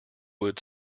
wood